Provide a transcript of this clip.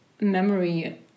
memory